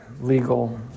legal